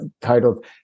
titled